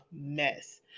mess